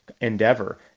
Endeavor